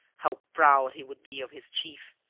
how proud he would be of his chief.